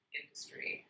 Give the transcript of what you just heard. industry